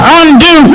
undo